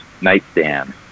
nightstand